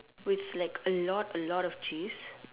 with like a lot a lot of cheese